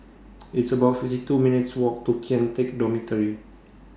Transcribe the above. It's about fifty two minutes' Walk to Kian Teck Dormitory